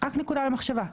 רק נקודה למחשבה,